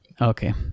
Okay